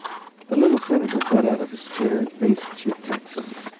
the little senator got out of his chair and faced chip tactfully.